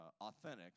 authentic